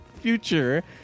future